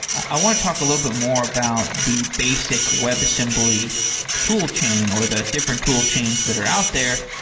i want to talk a little bit more about the basic webassembly tool chain, or the different tool chains that are out there,